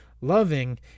loving